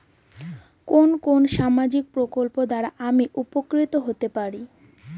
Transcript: কোন কোন সামাজিক প্রকল্প দ্বারা আমি উপকৃত হতে পারি?